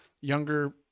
younger